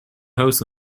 house